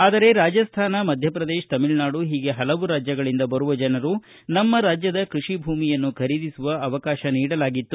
ಆದರೆ ರಾಜಸ್ತಾನ ಮಧ್ಯಪ್ರದೇಶ ತಮಿಳುನಾಡು ಹೀಗೆ ಹಲವು ರಾಜ್ಯಗಳಿಂದ ಬರುವ ಜನರು ನಮ್ಮ ರಾಜ್ಯದ ಕೃಷಿ ಭೂಮಿಯನ್ನು ಖರೀದಿಸುವ ಅವಕಾಶ ನೀಡಲಾಗಿತ್ತು